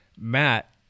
Matt